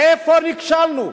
איפה נכשלנו?